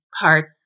parts